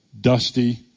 dusty